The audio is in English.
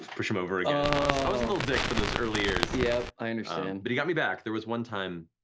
push him over again. yeah i was a little dick for those early years. yup, i understand. but he got me back, there was one time,